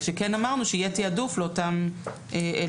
כשכן אמרנו שיהיה תיעדוף לאותם אלה